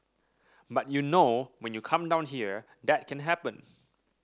but you know when you come down here that can happen